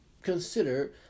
consider